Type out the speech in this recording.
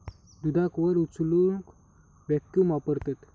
दुधाक वर उचलूक वॅक्यूम वापरतत